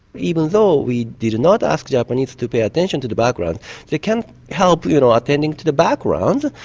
even though we did not ask japanese to pay attention to the background they can't help you know ah attending to the background,